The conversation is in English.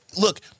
Look